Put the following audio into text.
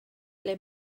ble